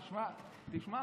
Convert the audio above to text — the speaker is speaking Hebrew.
תקשיב,